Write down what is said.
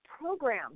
program